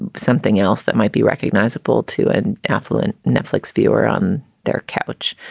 and something else that might be recognizable to an affluent netflix viewer on their couch.